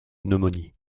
pneumonie